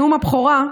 נאום הבכורה,